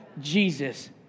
Jesus